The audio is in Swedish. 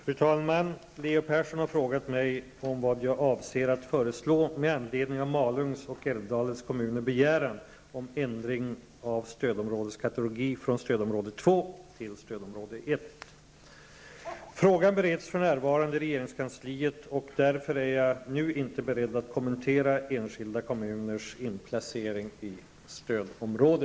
Fru talman! Leo Persson har frågat mig om vad jag avser att föreslå med anledning av Malungs och Frågan bereds för närvarande i regeringskansliet, och därför är jag nu inte beredd att kommentera enskilda kommuners inplacering i stödområde.